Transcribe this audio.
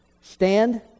Stand